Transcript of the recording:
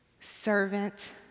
servant